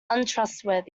untrustworthy